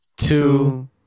two